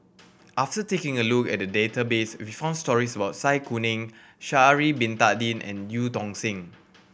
after taking a look at the database we found stories about Zai Kuning Sha'ari Bin Tadin and Eu Tong Sen